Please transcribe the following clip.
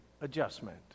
adjustment